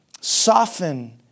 soften